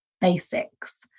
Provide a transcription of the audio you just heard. basics